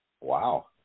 Wow